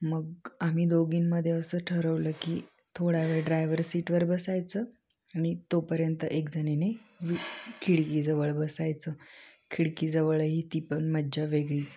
मग आम्ही दोघीमध्ये असं ठरवलं की थोडा वेळ ड्रायव्हर सीटवर बसायचं आणि तोपर्यंत एकजणीने व खिडकीजवळ बसायचं खिडकीजवळ ही ती पण मज्जा वेगळीच